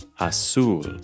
Azul